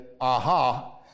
AHA